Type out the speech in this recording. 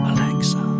Alexa